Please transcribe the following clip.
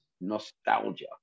nostalgia